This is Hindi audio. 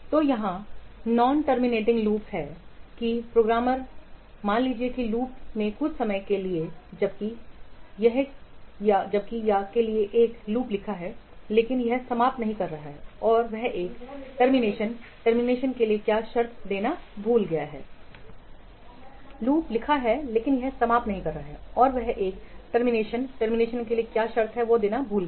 और यहां नॉन टर्मिनेटिंग लूप है कि प्रोग्रामर मान लीजिए कि लूप ने कुछ समय के लिए जबकि या के लिए एक लूप लिखा है लेकिन यह समाप्त नहीं कर रहा है कि वह एक टर्मिनेशन टर्मिनेशन के लिए क्या शर्त देना भूल गया है